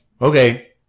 okay